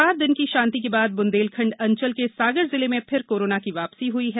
चार दिन की शांति के बाद बुंदेलखंड अंचल के सागर जिले में फिर कोरोना की वापिसी हुई है